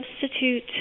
substitute